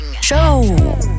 Show